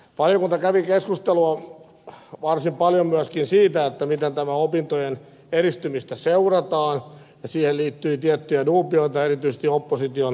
valiokunta kävi keskustelua varsin paljon myöskin siitä miten tätä opintojen edistymistä seurataan ja siihen liittyi tiettyjä dubioita erityisesti opposition taholta